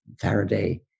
Faraday